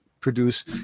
produce